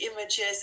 images